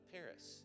Paris